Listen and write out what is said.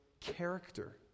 character